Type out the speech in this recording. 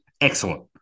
Excellent